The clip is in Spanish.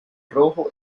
rojo